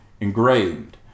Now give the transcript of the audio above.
engraved